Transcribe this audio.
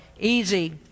Easy